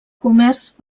comerç